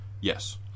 Yes